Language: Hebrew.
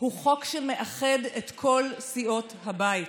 הוא חוק שמאחד את כל סיעות הבית.